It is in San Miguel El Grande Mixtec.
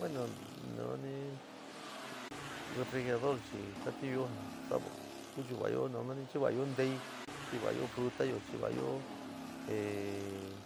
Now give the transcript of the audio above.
Bueno no ni refrigerador chi jati'unyo ja kunchava'ayo nu nani chiva'ayo ntey'u, chiva'ayo frutayo, chiva'ayo ehhh